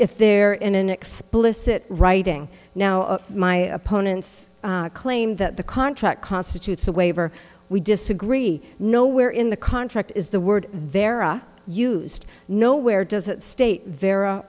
if they're in an explicit writing now my opponents claim that the contract constitutes a waiver we disagree no where in the contract is the word vera used nowhere does it state vera